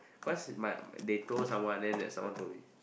cause my they told someone then that someone told me